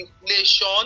inflation